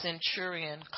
centurion